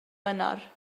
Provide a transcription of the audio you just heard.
wener